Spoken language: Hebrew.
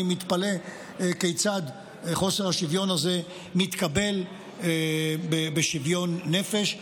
אני מתפלא שחוסר השוויון הזה מתקבל בשוויון נפש.